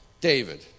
David